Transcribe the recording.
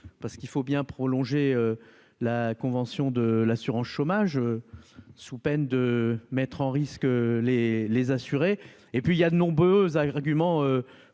parce qu'il faut bien prolonger la convention de l'assurance chômage, sous peine de mettre en risque les les assurés et puis il y a de nombreux arguments